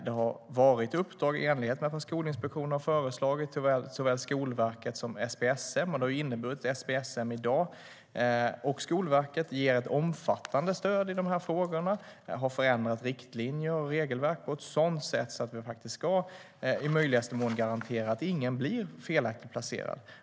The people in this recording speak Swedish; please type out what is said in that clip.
Det har, i enlighet med vad Skolinspektionen föreslagit, varit uppdrag till såväl Skolverket som SPSM. Det har inneburit att SPSM och Skolverket i dag ger ett omfattande stöd i de här frågorna och har förändrat riktlinjer och regelverk på ett sådant sätt att vi i möjligaste mån ska garantera att ingen blir felaktigt placerad.